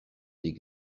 des